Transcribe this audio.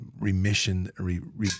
remission